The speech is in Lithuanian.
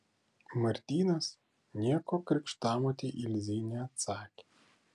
martynas nieko krikštamotei ilzei neatsakė